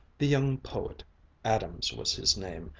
the young poet adams was his name,